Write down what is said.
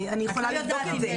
אני יכולה לבדוק את זה.